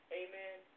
amen